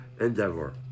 endeavor